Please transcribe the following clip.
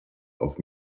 auf